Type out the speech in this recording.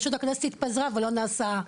פשוט הכנסת התפזרה ולא נעשה.